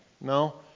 No